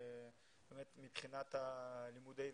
שבאמת מבחינת לימודי עברית,